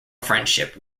friendship